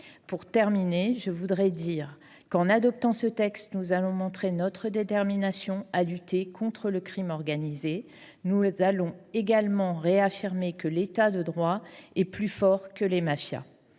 Pour terminer, je voudrais dire qu'en adoptant ce texte, nous allons montrer notre détermination à lutter contre le crime organisé. Nous allons également réaffirmer que l'État de droit est plus fort que les mafias.